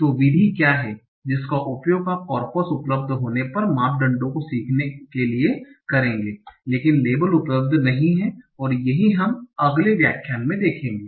तो विधि क्या है जिसका उपयोग आप कॉर्पस उपलब्ध होने पर मापदंडों को सीखने के लिए करेंगे लेकिन लेबल उपलब्ध नहीं हैं और यही हम अगले व्याख्यान में देखेंगे